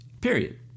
Period